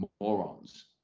morons